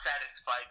Satisfied